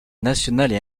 nationales